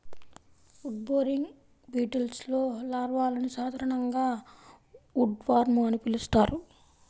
wood boring బీటిల్స్లో లార్వాలను సాధారణంగా ఉడ్వార్మ్ అని పిలుస్తారు